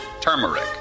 turmeric